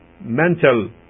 mental